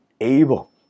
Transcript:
able